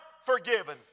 forgiven